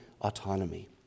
autonomy